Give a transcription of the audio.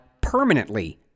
permanently